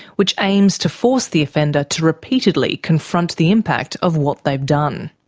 which aims to force the offender to repeatedly confront the impact of what they've done.